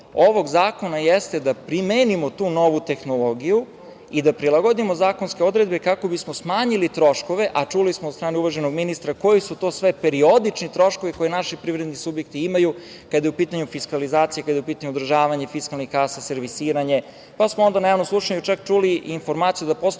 ovog zakona jeste da primenimo tu novu tehnologiju i da prilagodimo zakonske odredbe kako bismo smanjili troškove, a čuli smo od strane uvaženog ministra koji su to sve periodični troškovi koje naši privredni subjekti imaju kada je u pitanju fiskalizacija, kada je u pitanju održavanje fiskalnih kasa, servisiranje. Na javnom slušanju smo čak čuli informaciju da postoje